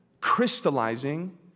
crystallizing